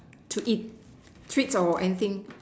to eat treats or anything